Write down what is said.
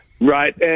Right